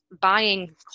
buying